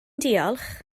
diolch